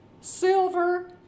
silver